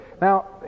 Now